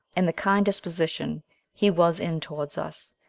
and the kind disposition he was in towards us,